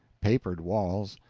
papered walls,